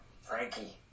Frankie